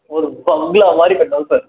ஒரு பங்களா மாதிரி கட்டணும் சார்